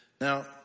Now